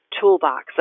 toolbox